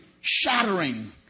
shattering